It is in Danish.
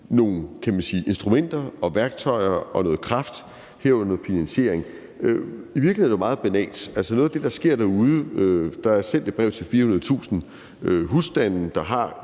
nogle instrumenter, nogle værktøjer og noget kraft, herunder finansiering. I virkeligheden er det jo meget banalt. Altså, noget af det, der sker derude, er, at der er sendt et brev til 400.000 husstande, der har